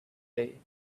day